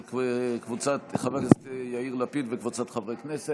של חבר הכנסת יאיר לפיד וקבוצת חברי הכנסת,